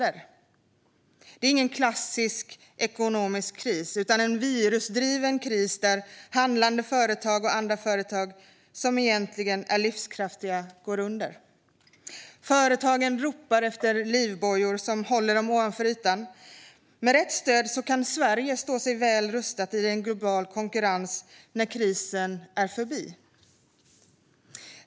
Det här är ingen klassisk ekonomisk kris, utan en virusdriven kris där handlande företag och andra företag som egentligen är livskraftiga går under. Företagen ropar efter livbojar som håller dem ovan ytan. Med rätt stöd kan Sverige stå väl rustat i en global konkurrens när krisen är förbi.